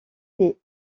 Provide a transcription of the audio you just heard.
des